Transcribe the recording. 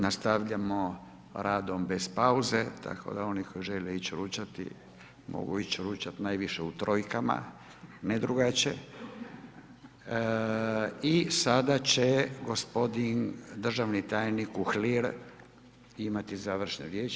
Nastavljamo radom bez pauze, tako da oni koji žele ići ručati mogu ići ručati najviše u trojkama, ne drugačije i sada će gospodin državni tajnik Uhlir imati završnu riječ.